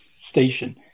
station